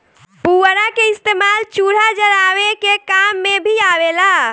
पुअरा के इस्तेमाल चूल्हा जरावे के काम मे भी आवेला